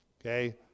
Okay